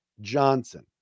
Johnson